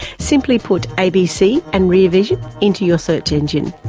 simply put abc and rear vision into your search engine.